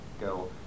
go